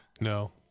no